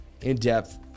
in-depth